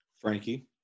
Frankie